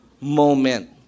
moment